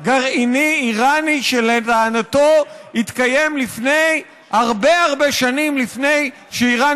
גרעיני איראני שלטענתו התקיים הרבה שנים לפני שאיראן